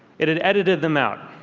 it had edited them out.